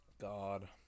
god